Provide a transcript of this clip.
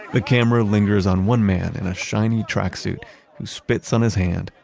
the camera lingers on one man in a shiny tracksuit who spits on his hand,